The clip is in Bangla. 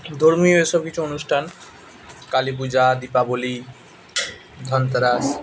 ধর্মীয় এসব কিছু অনুষ্ঠান কালী পূজা দীপাবলি ধানতেরাস